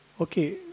Okay